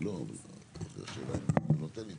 אני מצפה שלמשל, ממש בנושאים כאלה שזה